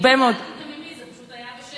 הרבה מאוד, עליזה, אל תיתממי, זה פשוט היה בשקט.